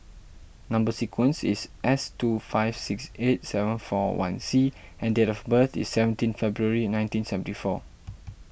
Number Sequence is S two five six eight seven four one C and date of birth is seventeen February nineteen seventy four